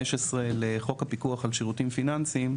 על חוק הפיקוח על שירותים פיננסים,